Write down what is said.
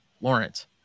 Lawrence